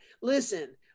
listen